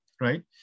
right